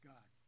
God